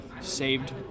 saved